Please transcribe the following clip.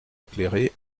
éclairé